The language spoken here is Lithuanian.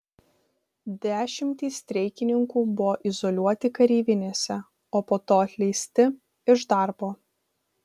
dešimtys streikininkų buvo izoliuoti kareivinėse o po to atleisti iš darbo